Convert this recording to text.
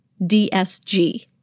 DSG